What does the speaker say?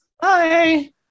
Bye